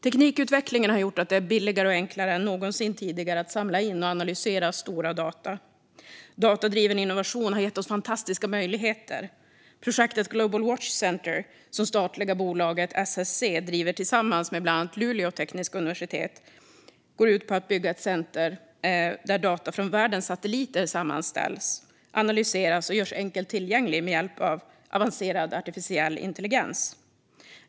Teknikutvecklingen har gjort att det är billigare och enklare än någonsin tidigare att samla in och analysera stora mängder data. Datadriven innovation har gett oss fantastiska möjligheter. Projektet Global Watch Center, som det statliga bolaget SSC driver tillsammans med bland annat Luleå tekniska universitet, går ut på att bygga ett center där data från världens satelliter sammanställs, analyseras och görs enkelt tillgänglig med hjälp av avancerad artificiell intelligens.